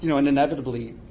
you know and inevitably,